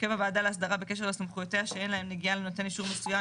הרכב הוועדה לאסדרה בקשר לסמכויותיה שאין להן נגיעה לנותן אישור מסוים,